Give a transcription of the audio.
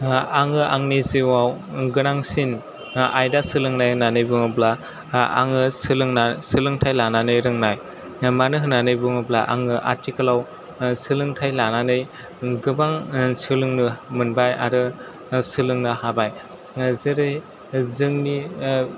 आङो आंनि जिउयाव गोनांसिन आयदा सोलोंनाय होन्नानै बुङोब्ला आङो सोलोंना सोलोंथाइ लानानै रोंनाय मानो होन्नानै बुङोब्ला आङो आथिखालाव सोलोंथाइ लानानै गोबां सोलोंनो मोनबाय आरो सोलोंनो हाबाय जेरै जोंनि